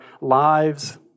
lives